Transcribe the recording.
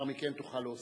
לאחר מכן תוכל להוסיף.